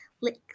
Lick